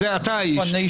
זה אתה האיש.